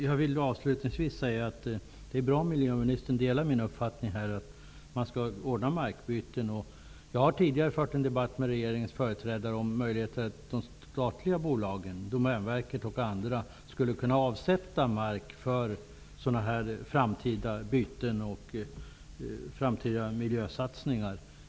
Herr talman! Avslutningsvis vill jag säga att det är bra att miljöministern delar min uppfattning att det skall ordnas med markbyten. Jag har tidigare fört en debatt med regeringens företrädare om att de statliga bolagen, bl.a. Domänverket, skulle kunna avsätta mark för sådana här framtida byten, för framtida miljösatsningar.